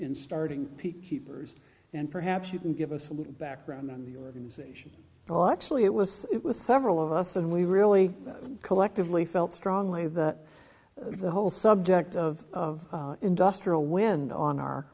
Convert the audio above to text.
in starting peak keepers and perhaps you can give us a little background on the organisation well actually it was it was several of us and we really collectively felt strongly that the whole subject of of industrial wind on our